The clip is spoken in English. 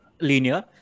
linear